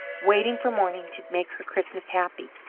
waiting for morning to make her christmas happy.